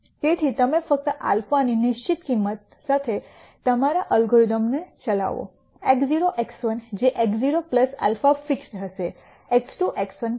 તેથી તમે ફક્ત α ની નિશ્ચિત કિંમત સાથે તમારા અલ્ગોરિધમનો ચલાવો x0 x1 જે x0 αfixed હશે